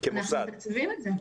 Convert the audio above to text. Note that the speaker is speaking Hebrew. אנחנו מתקצבים את זה.